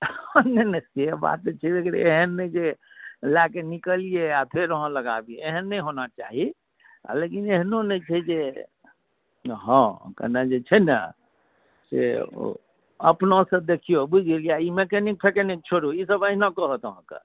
नहि नहि से बात नहि छै लेकिन एहन नहि जे लए कऽ निकलियै आ फेर अहाँ लग आबी एहन नहि होना चाही आ लेकिन एहनो नहि छै जे हँ कने जे छै ने से अपनासँ देखियौ बुझि गेलियै आ ई मैकेनिक फेकेनिक छोड़ू ईसभ अहिना कहत अहाँके